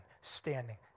standing